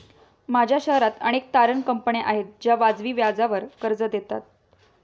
माझ्या शहरात अनेक तारण कंपन्या आहेत ज्या वाजवी व्याजावर कर्ज देतात